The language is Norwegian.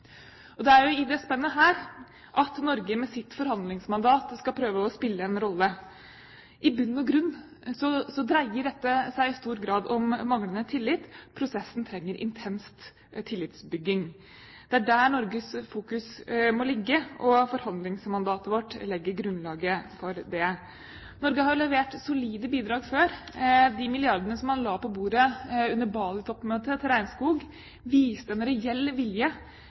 Det er i dette spennet at Norge med sitt forhandlingsmandat skal prøve å spille en rolle. I bunn og grunn dreier dette seg i stor grad om manglende tillit. Prosessen trenger intenst tillitsbygging. Det er der Norges fokus må ligge, og forhandlingsmandatet vårt legger grunnlaget for det. Norge har levert solide bidrag før. De milliardene man la på bordet under Bali-toppmøtet til regnskog, viste en reell vilje